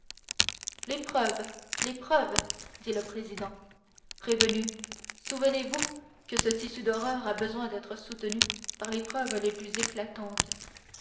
les preuves les preuves dit le président prévenu souvenez-vous que ce tissu d'horreurs a besoin d'être soutenu par les preuves les plus éclatantes